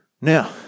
Now